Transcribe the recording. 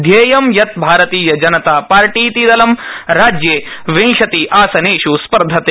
ध्येयं यत् भारतीय जनता पार्टीति दलं राज्ये विंशति आसनेष् स्पर्धते